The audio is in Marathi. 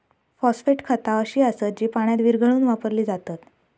फॉस्फेट खता अशी असत जी पाण्यात विरघळवून वापरली जातत